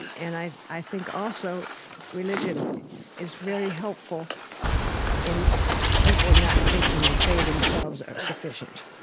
and i i think also religion is very helpful in people not thinking that they themselves are sufficient,